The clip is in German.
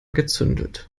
gezündelt